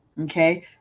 okay